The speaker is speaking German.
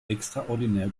extraordinär